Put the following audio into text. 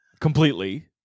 completely